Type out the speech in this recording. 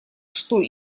что